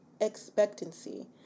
expectancy